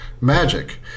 magic